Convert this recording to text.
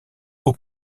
aux